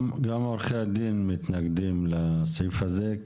גם עורכי הדין מתנגדים לסעיף הזה,